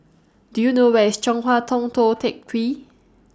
Do YOU know Where IS Chong Hua Tong Tou Teck Hwee